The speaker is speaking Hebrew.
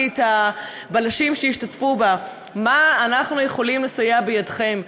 את הבלשים שהשתתפו בו: במה אנחנו יכולים לסייע בידכם?